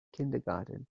kindergarten